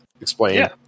explain